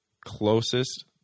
closest